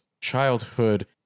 childhood